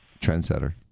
trendsetter